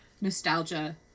nostalgia